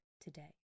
today